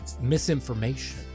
misinformation